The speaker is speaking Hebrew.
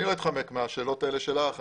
אני לא אתחמק מהשאלות האלה שלך.